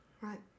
right